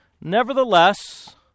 Nevertheless